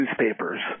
newspapers